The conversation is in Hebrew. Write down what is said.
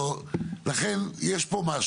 ולכן יש פה את